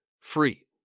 free